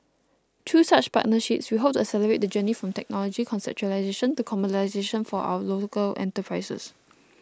through such partnerships we hope to accelerate the journey from technology conceptualisation to commercialisation for our local enterprises